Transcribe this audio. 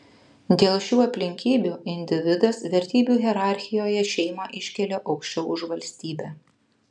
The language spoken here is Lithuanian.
dėl šių aplinkybių individas vertybių hierarchijoje šeimą iškelia aukščiau už valstybę